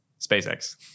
SpaceX